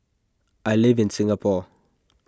I live in Singapore